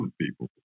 people